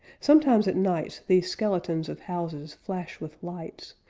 sometimes at nights these skeletons of houses flash with lights,